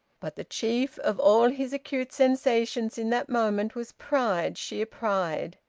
but the chief of all his acute sensations in that moment was pride sheer pride.